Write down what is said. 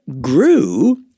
grew